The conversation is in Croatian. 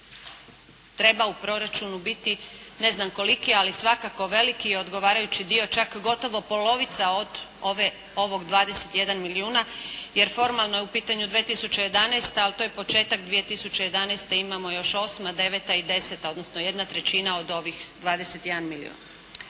treba u proračunu biti ne znam koliki ali svakako veliki i odgovarajući dio, čak gotovo polovica od ovog 21 milijuna, jer formalno je u pitanju 2011. Ali to je početak 2011., imamo još 2008., 2009. i 2010. odnosno jedna trećina od ovih 21 milijun.